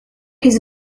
his